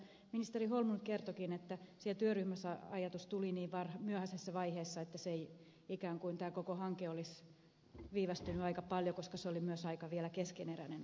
ministeri holmlund kertoikin että työryhmässä ajatus tuli niin myöhäisessä vaiheessa että ikään kuin tämä koko hanke olisi viivästynyt aika paljon koska se oli vielä myös aika keskeneräinen ajatus